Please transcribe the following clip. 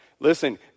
Listen